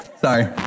Sorry